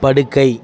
படுக்கை